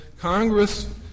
Congress